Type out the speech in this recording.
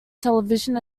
television